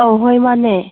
ꯑꯥꯧ ꯍꯣꯏ ꯃꯥꯟꯅꯦ